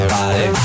body